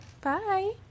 Bye